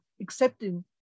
accepting